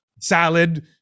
salad